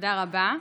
תודה רבה.